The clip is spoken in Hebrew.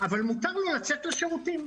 אבל מותר לו לצאת לשירותים.